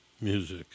music